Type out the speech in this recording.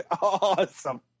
Awesome